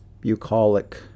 bucolic